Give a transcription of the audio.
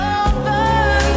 over